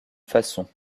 façon